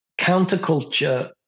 counterculture